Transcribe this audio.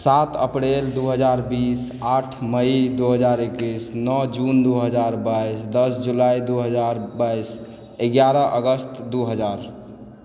सात अप्रैल दू हजार बीस आठ मई दू हजार एकैस नओ ज़ून दू हजार बाइस दश जुलाई दू हजार बाइस एगारह अगस्त दू हजार